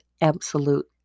absolute